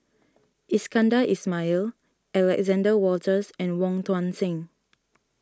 Iskandar Ismail Alexander Wolters and Wong Tuang Seng